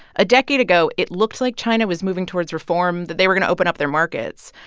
a decade ago, it looked like china was moving towards reform, that they were going to open up their markets.